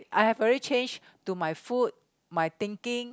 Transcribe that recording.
I have already change to my food my thinking